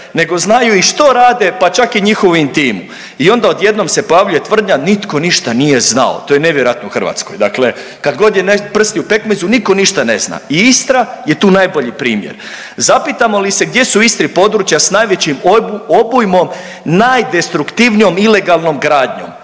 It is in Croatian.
nego znaju i što rade, pa čak i njihovu intimu i onda odjednom se pojavljuje tvrdnja nitko ništa nije znao, to je nevjerojatno u Hrvatskoj, dakle kad god su prsti u pekmezu nitko ništa ne zna i Istra je tu najbolji primjer. Zapitamo li se gdje su u Istri područja s najvećim obujmom najdestruktivnijom ilegalnom gradnjom?